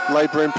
Labour